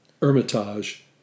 Hermitage